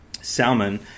Salmon